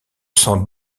sens